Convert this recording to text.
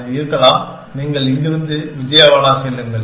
அது இருக்கலாம் நீங்கள் இங்கிருந்து விஜயவாடா செல்லுங்கள்